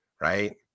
right